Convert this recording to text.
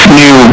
new